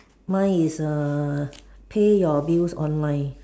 mine is err pay your bills online